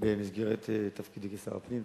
במסגרת תפקידי כשר הפנים.